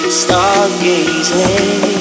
stargazing